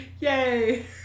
Yay